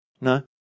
No